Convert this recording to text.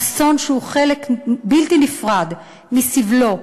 אסון שהוא חלק בלתי נפרד מסבלו,